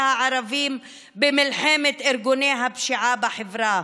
הערבים במלחמת ארגוני הפשיעה בחברה.